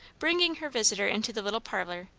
bringing her visitor into the little parlour,